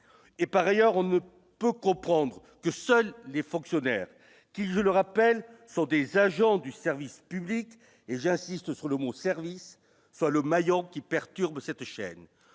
et, par ailleurs, on ne peut comprendre que seuls les fonctionnaires qui, je le rappelle, sont des agents du service public, et j'insiste sur le mot service soit le maillot qui perturbe cette chaîne